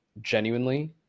genuinely